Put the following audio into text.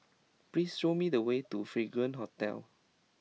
please show me the way to Fragrance Hotel